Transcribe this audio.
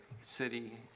city